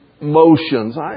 motions